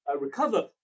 recover